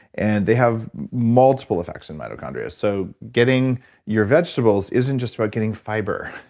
and they have multiple effects in mitochondria so getting your vegetables isn't just about getting fiber.